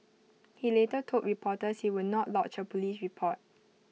he later told reporters he would not lodge A Police report